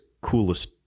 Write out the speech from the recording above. coolest